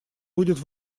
будет